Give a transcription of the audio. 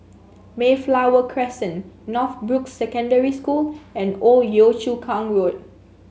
Mayflower Crescent Northbrooks Secondary School and Old Yio Chu Kang Road